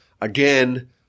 again